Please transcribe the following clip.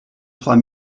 trois